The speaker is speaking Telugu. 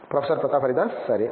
ప్రొఫెసర్ ప్రతాప్ హరిదాస్ సరే